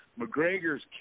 McGregor's